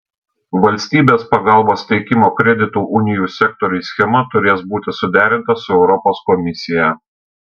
valstybės pagalbos teikimo kredito unijų sektoriui schema turės būti suderinta su europos komisija